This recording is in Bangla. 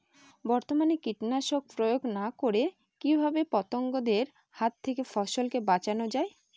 বর্তমানে কীটনাশক প্রয়োগ না করে কিভাবে পতঙ্গদের হাত থেকে ফসলকে বাঁচানো যায়?